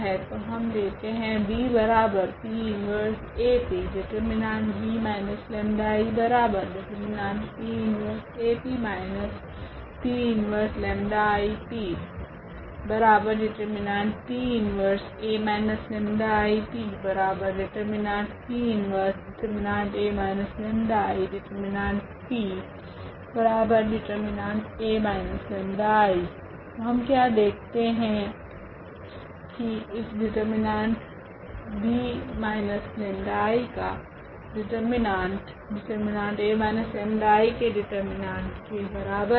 तो हम लेते है 𝐵𝑃−1𝐴𝑃 det𝐵−𝜆𝐼𝑑𝑒𝑡𝑃−1𝐴𝑃−𝑃−1𝜆𝐼𝑃 det 𝑃−1𝐴−𝜆𝐼𝑃 det𝑃−1det𝐴−𝜆𝐼det𝑃 det𝐴−𝜆𝐼 तो हम क्या देखते है की इस detB 𝜆I का डिटर्मिनेंट detA 𝜆I के डिटर्मिनेंट के बराबर है